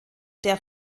der